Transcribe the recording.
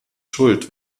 schuld